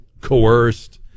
coerced